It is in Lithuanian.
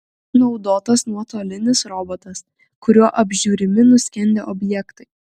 naudotas nuotolinis robotas kuriuo apžiūrimi nuskendę objektai